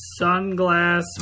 sunglass